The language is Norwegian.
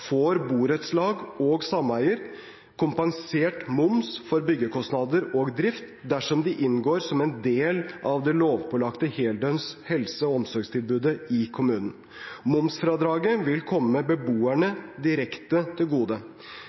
får borettslag og sameier kompensert moms for byggekostnader og drift dersom de inngår som en del av det lovpålagte heldøgns helse- og omsorgstilbudet i kommunen. Momsfradraget vil komme beboerne direkte til gode.